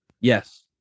Yes